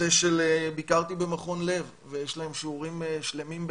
ביקרתי במכון לב ויש להם שיעורים שלמים,